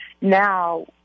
now